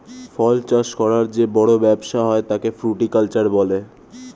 ফল চাষ করার যে বড় ব্যবসা হয় তাকে ফ্রুটিকালচার বলে